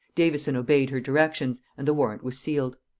davison obeyed her directions, and the warrant was sealed.